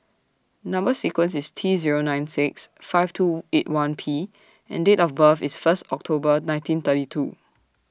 Number sequence IS T Zero nine six five two eight one P and Date of birth IS First October nineteen thirty two